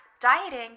dieting